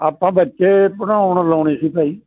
ਆਪਾਂ ਬੱਚੇ ਪੜ੍ਹਾਉਣ ਲਾਉਣੇ ਸੀ ਭਾਈ